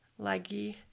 laggy